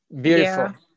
Beautiful